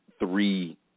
three